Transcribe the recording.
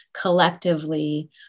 collectively